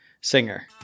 singer